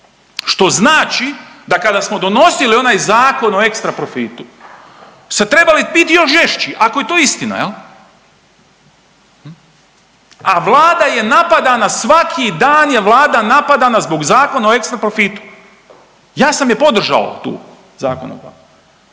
što znači da kada smo donosili onaj Zakon o ekstraprofitu se trebalo biti još žešći, ako je to istina. A Vlada je napadana svaki dan je Vlada napadana zbog zakona o ekstraprofitu. Ja sam je podržao tu .../Govornik